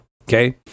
Okay